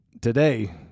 today